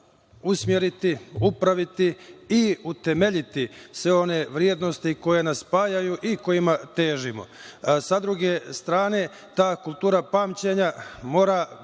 usmeriti, upraviti i utemeljiti sve one vrednosti koje nas spajaju i kojima težimo. Sa druge strane, ta kultura pamćenja mora